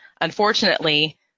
Unfortunately